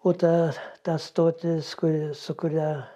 o ta ta stotis kuri su kuria